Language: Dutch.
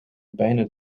bijna